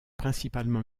principalement